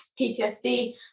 ptsd